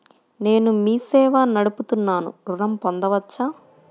నేను మీ సేవా నడుపుతున్నాను ఋణం పొందవచ్చా?